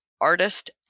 artist